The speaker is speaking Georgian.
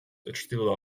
ჩრდილო